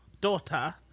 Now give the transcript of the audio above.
daughter